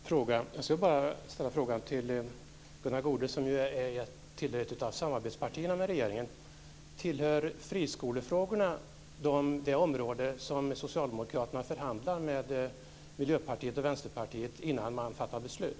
Herr talman! Jag vill bara ställa en fråga till Gunnar Goude, som är representant för ett av samarbetspartierna till regeringen. Tillhör friskolefrågorna det område som socialdemokraterna förhandlar med Miljöpartiet och Vänsterpartiet om innan man fattar beslut?